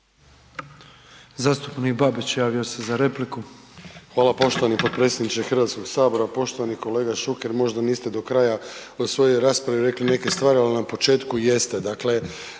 Zastupnik Mirando Mrsić javio se za repliku.